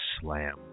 slam